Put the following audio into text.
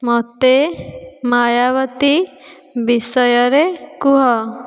ମୋତେ ମାୟାବତୀ ବିଷୟରେ କୁହ